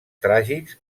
tràgics